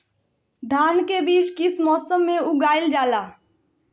धान के बीज किस मौसम में उगाईल जाला?